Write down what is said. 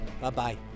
Bye-bye